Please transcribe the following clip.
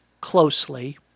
closely